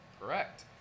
Correct